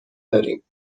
داریم